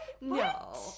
no